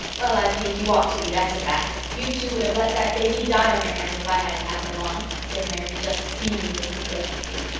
well, i think you ought to be, that's a fact. you two would have let that baby die on your hands if i hadn't happened along said mary, just beaming with complacency.